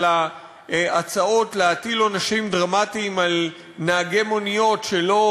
על ההצעות להטיל עונשים דרמטיים על נהגי מוניות שלא